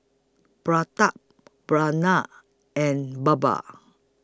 Pratap Pranav and Baba